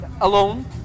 alone